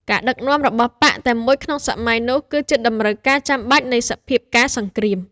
ការដឹកនាំរបស់បក្សតែមួយក្នុងសម័យនោះ គឺជាតម្រូវការចាំបាច់នៃសភាពការណ៍សង្គ្រាម។